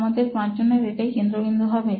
আমাদের পাঁচজনের এটাই কেন্দ্রবিন্দু হবে